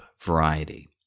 variety